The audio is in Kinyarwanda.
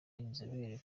inzobere